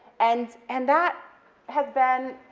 and and that has been,